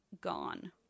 gone